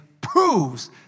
proves